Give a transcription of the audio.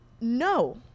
No